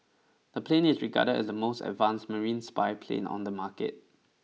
the plane is regarded as the most advanced marine spy plane on the market